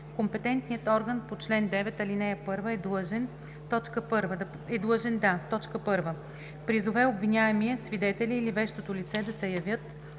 Компетентният орган по чл. 9, ал. 1 е длъжен да: 1. призове обвиняемия, свидетеля или вещото лице да се явят